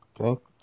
okay